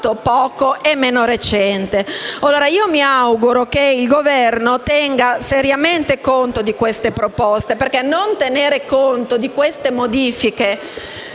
poco e meno recente. Ora, io mi auguro che il Governo tenga seriamente conto di queste proposte, perché non tenere conto delle modifiche